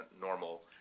normal